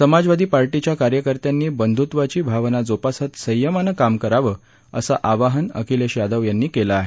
समाजवादी पार्टीच्या कार्यकर्त्यांनी बंधुत्वाची भावना जोपासत संयमानं काम करावं असं आवाहन अखिलेश यादव यांनी केलं आहे